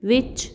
ਵਿੱਚ